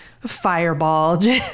fireball